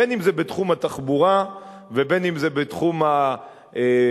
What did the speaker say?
בין שזה בתחום התחבורה ובין שזה בתחום הביוב,